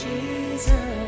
Jesus